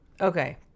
okay